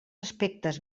aspectes